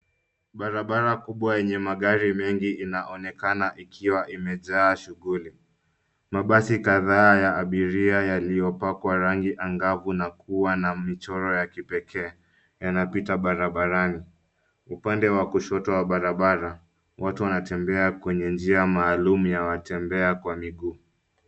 Barabara kubwa yenye magari mengi inaonekana ikiwa imejaa shughuli. Mabasi kadhaa ya abiria yaliyopakwa rangi angavu na kuwa na mchoro ya kipekee yanapita barabarani. Upande wa kushoto wa barabara, watu wanatembea kwenye njia maalum ya watembea kwa miguu.